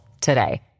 today